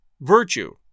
virtue